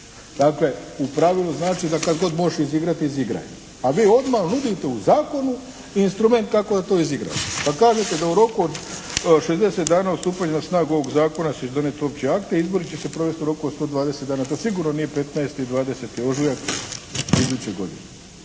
Dakle u pravilu znači da kad god možeš izigrati izigraj. A vi odmah nudite u zakonu instrument kako je to izigrano. Pa kaže se da u roku od 60 dana od stupanja na snagu ovog zakona će se donijeti opći akte, izbori će se provesti u roku do 120 dana. To sigurno nije 15. i 20. ožujak iduće godine.